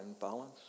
balance